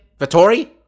Vittori